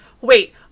wait